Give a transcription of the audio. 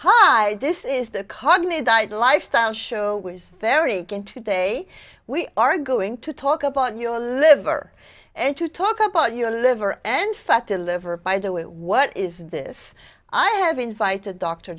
hi this is the cognate diet lifestyle show was very thin today we are going to talk about your liver and to talk about your liver and fat delivered by the way what is this i have invited d